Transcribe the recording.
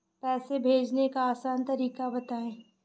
पैसे भेजने का आसान तरीका बताए?